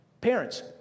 Parents